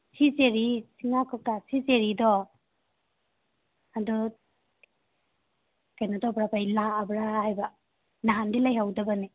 ꯁꯤ ꯆꯦꯔꯤ ꯉꯥ ꯀꯧꯇꯥ ꯁꯤ ꯆꯦꯔꯤꯗꯣ ꯑꯗꯨ ꯀꯩꯅꯣ ꯇꯧꯕ꯭ꯔꯥꯕ ꯂꯥꯛꯑꯕ꯭ꯔꯥ ꯍꯥꯏꯕ ꯅꯍꯥꯟꯗꯤ ꯂꯩꯍꯧꯗꯕꯅꯦ